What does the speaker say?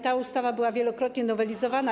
Ta ustawa była wielokrotnie nowelizowana.